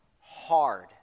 hard